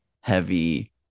heavy